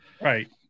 Right